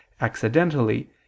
accidentally